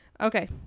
Okay